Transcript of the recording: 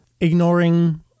Ignoring